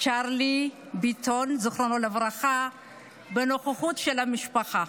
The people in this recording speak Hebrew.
צ'רלי ביטון ז"ל בנוכחות המשפחה.